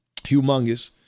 humongous